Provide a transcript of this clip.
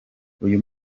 uyu